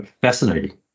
fascinating